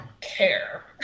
care